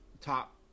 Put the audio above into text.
top –